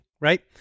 right